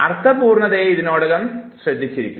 അതിനാൽ അർത്ഥപൂർണ്ണതയെ ഇതിനോടകം ശ്രദ്ധിച്ചിരുന്നു